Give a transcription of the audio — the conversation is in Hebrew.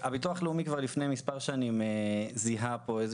הביטוח הלאומי כבר לפני מספר שנים זיהה פה איזה